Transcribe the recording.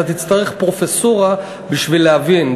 אתה תצטרך פרופסורה בשביל להבין.